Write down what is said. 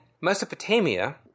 Mesopotamia